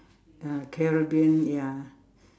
ya Caribbean ya